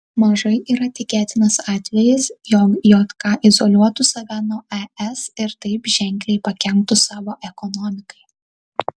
mažai yra tikėtinas atvejis jog jk izoliuotų save nuo es ir taip ženkliai pakenktų savo ekonomikai